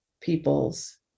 people's